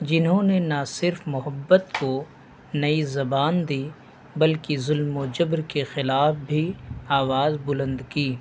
جنہوں نے نہ صرف محبت کو نئی زبان دی بلکہ ظلم وجبر کے خلاف بھی آواز بلند کی